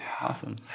Awesome